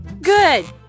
Good